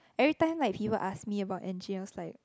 every time like he will ask me about engineers like